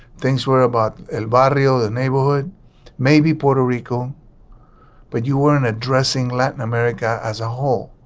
things were about barrio the neighborhood maybe puerto rico but you weren't addressing latin america as a whole.